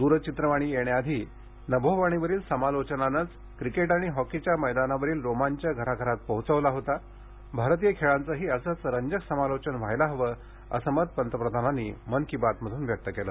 द्रचित्रवाणी येण्याआधी नभोवाणीवरील समालोचनानंच क्रिकेट आणि हॉकीच्या मैदानावरील रोमांच घराघरात पोहोचवला होता भारतीय खेळांचंही असंच रंजक समालोचन व्हायला हवं असं मत पंतप्रधानांनी मन की बात मधून व्यक्त केलं